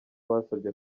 basabye